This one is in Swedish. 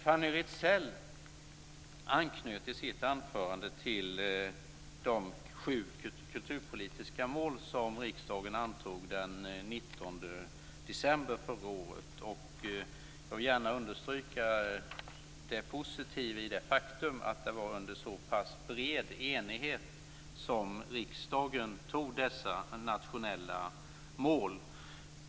Fanny Rizell anknöt i sitt anförande till de sju kulturpolitiska mål som riksdagen antog den 19 december förra året. Jag vill gärna understryka det positiva i det faktum att det var under så pass bred enighet som riksdagen antog dessa nationella mål.